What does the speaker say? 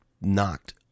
knocked